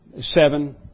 seven